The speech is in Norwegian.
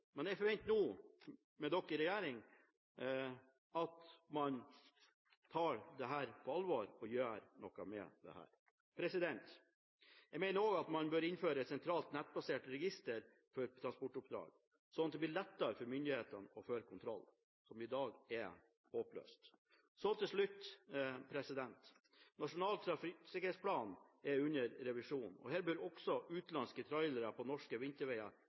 men jeg forventer nå – med dere i regjering – at man tar dette på alvor og gjør noe med det. Man bør også innføre et sentralt, nettbasert register for transportoppdrag, slik at det blir lettere for myndighetene å føre kontroll, noe som i dag er håpløst. Så til slutt: Nasjonal tiltaksplan for trafikksikkerhet på veg er under revisjon, og her bør også utenlandske trailere på norske